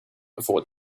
before